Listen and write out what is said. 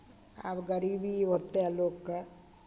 आब गरीबी ओतेक लोकके